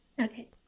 okay